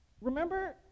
Remember